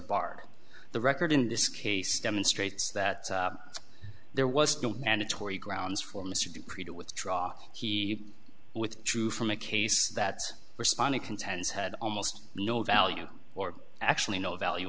bar the record in this case demonstrates that there was no mandatory grounds for mr du pree to withdraw he withdrew from a case that's responding contends had almost no value or actually no value